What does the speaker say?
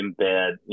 embed